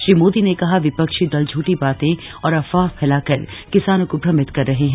श्री मोदी ने कहा विपक्षी दल झूठी बातें और अफवाह फैलाकर किसानों को भ्रमित कर रहे हैं